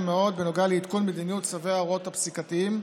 מאוד בנוגע לעדכון מדיניות צווי ההורות הפסיקתיים.